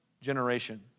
generation